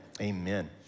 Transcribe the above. amen